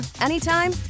anytime